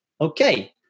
Okay